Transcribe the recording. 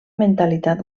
mentalitat